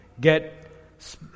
get